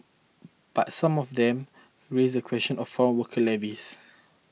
but some of them raise the question of foreign worker levies